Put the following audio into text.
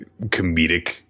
comedic